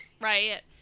right